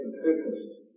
purpose